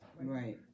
Right